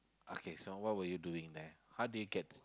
okay so what were you doing there how did you get